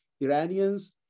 Iranians